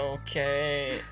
Okay